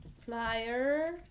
flyer